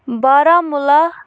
Baramulla